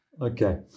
Okay